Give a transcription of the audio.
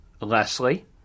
Leslie